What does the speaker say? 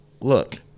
Look